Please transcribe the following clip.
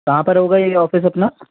कहाँ पर होगा ये ऑफ़िस अपना